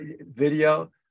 video